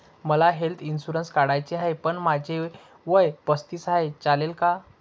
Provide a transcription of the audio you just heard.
मला health insurance काढायचा आहे पण माझे वय पस्तीस आहे, चालेल का?